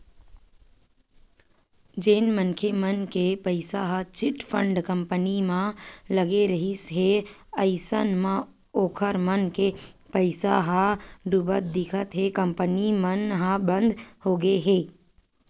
जेन मनखे मन के पइसा ह चिटफंड कंपनी मन म लगे रिहिस हे अइसन म ओखर मन के पइसा ह डुबत दिखत हे कंपनी मन ह बंद होगे हे